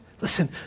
Listen